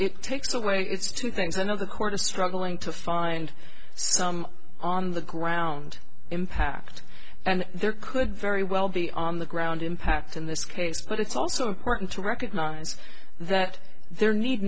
it takes away it's two things another court is struggling to find some on the ground impact and there could very well be on the ground impact in this case but it's also important to recognize that there need